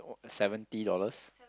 seventy dollars